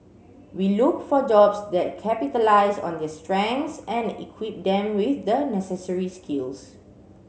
we look for jobs that capitalise on their strengths and equip them with the necessary skills